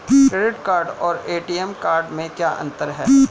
Credit card और ATM card में क्या अंतर है?